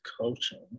coaching